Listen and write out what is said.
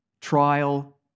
trial